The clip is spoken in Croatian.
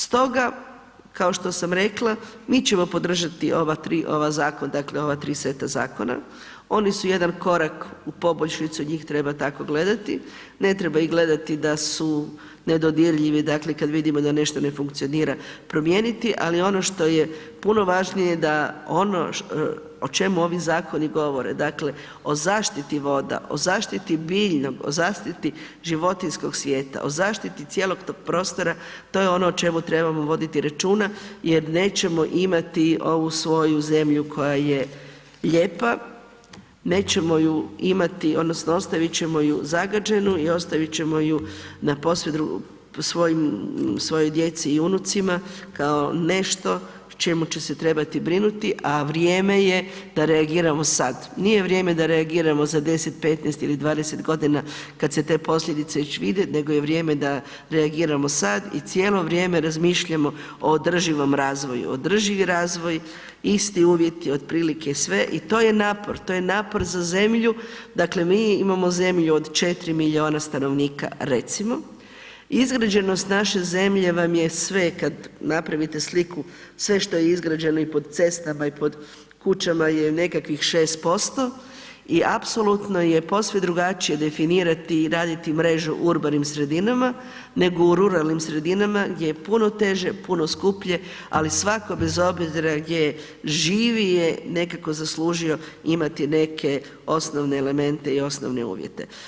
Stoga, kao što sam rekla, mi ćemo podržati ova tri zakona, dakle ova tri seta zakona, oni su jedan korak u poboljšicu, njih treba tako gledati, ne treba ih gledati, ne treba ih gledati da su nedodirljivi, dakle kad vidimo da nešto ne funkcionira, promijeniti ali ono što je puno važnije da ono o čemu ovi zakoni govore, dakle o zaštiti voda, o zaštiti biljnog, o zaštiti životinjskog svijeta, o zaštiti cijelog tog prostora, to je ono o čemu trebamo voditi računa jer nećemo imati ovu svoju zemlju koja je lijepa, nećemo ju imati odnosno ostavit ćemo zagađenu i ostavit ćemo ju na posve svojoj djeci i unucima kao nešto čemu će se trebati brinuti a vrijeme je da reagiramo sad, nije vrijeme da reagiramo za 10, 15 ili 20 g. kad se te posljedice već vide, nego je vrijeme da reagiramo sad i cijelo vrijeme razmišljamo o održivom razvoju, održivi razvoj, isti uvjeti otprilike sve i to je napor, to je napor za zemlju, dakle mi imamo zemlju, dakle mi imamo zemlju od 4 milijuna stanovnika recimo, izgrađenost naše zemlje vam je sve kad napravite sliku, sve što je izgrađeno i po cestama i po kućama je nekakvih 6% i apsolutno je posve drugačije definirati i raditi mrežu u urbanim sredinama nego u ruralnim sredinama gdje je puno teže, puno skuplje ali svako bez obzira gdje živi je nekako zaslužio imati neke osnove elemente i osnovne uvjete.